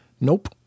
Nope